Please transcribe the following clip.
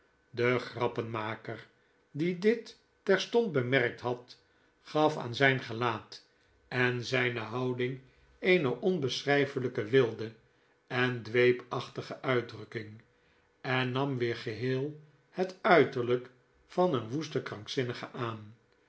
de grappenmaker die dit terstond bemerkt had gaf aan zijn gelaat en zijne houding eene onbeschrijfelijk wilde en dweepachtige uitdrukking en nam weer geheel het uiterlijk van een woesten krankzinnige aan